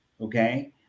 okay